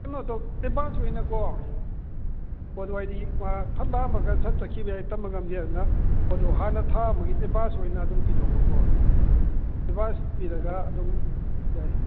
ꯀꯩꯅꯣ ꯇꯧ ꯑꯦꯗꯚꯥꯟꯁ ꯑꯣꯏꯅꯀꯣ ꯄꯣꯠꯇꯣ ꯍꯥꯏꯗꯤ ꯃꯥ ꯐꯠ ꯂꯥꯛꯑꯝꯃꯒ ꯁꯠ ꯆꯠꯈꯤꯕ ꯌꯥꯏ ꯇꯝꯕ ꯉꯝꯗꯦ ꯑꯗꯨꯅ ꯄꯣꯠꯇꯣ ꯍꯥꯟꯅ ꯊꯅꯝꯃꯒꯗꯤ ꯑꯦꯗꯚꯥꯟꯁ ꯑꯣꯏꯅ ꯄꯤꯊꯣꯛꯄꯀꯣ ꯑꯦꯗꯚꯥꯟꯁ ꯄꯤꯔꯒ ꯑꯗꯨꯝ ꯌꯥꯏ